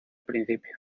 principio